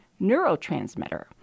neurotransmitter